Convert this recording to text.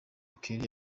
kelly